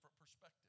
perspective